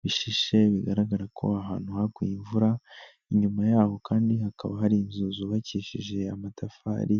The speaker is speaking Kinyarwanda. bishishe bigaragara ko ahantu haguye imvura, inyuma y'abo kandi hakaba hari inzu zubakishije amatafari